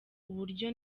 uburyo